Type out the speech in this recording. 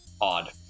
odd